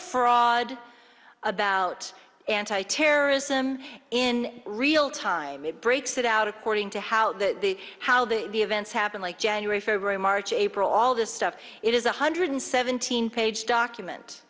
fraud about anti terrorism in real time it breaks it out according to how the how the events happen like january february march april all of this stuff it is one hundred seventeen page document